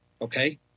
Okay